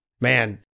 man